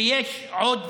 ויש עוד ועוד.